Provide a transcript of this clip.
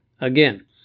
Again